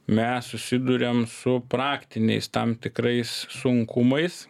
mes susiduriam su praktiniais tam tikrais sunkumais